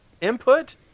input